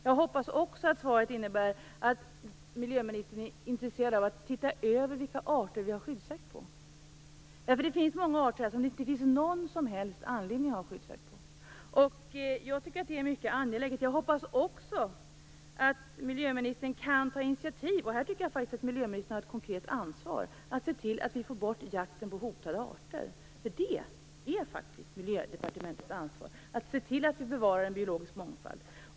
Jag hoppas också att svaret innebär att miljöministern är intresserad av att titta över vilka arter det bedrivs skyddsjakt på. Det finns nämligen många arter som det inte finns någon som helst anledning att bedriva skyddsjakt på. Jag tycker att detta är mycket angeläget. Jag hoppas också att miljöministern kan ta initiativ - och här tycker jag faktiskt att miljöministern har ett konkret ansvar - till att se till att vi får bort jakten på hotade arter. Det är faktiskt Miljödepartementets ansvar att se till att bevara en biologisk mångfald.